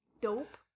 Dope